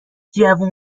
جوون